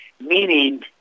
meaning